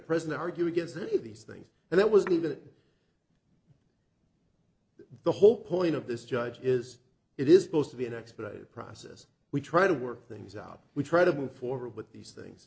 present argue against any of these things and that was the bit the whole point of this judge is it is supposed to be an expedited process we try to work things out we try to move forward with these things